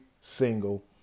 single